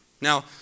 Now